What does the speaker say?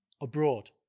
abroad